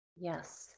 Yes